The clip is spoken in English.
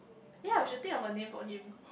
ya we should think of a name for him